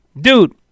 dude